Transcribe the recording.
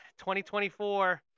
2024